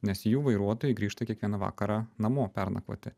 nes jų vairuotojai grįžta kiekvieną vakarą namo pernakvoti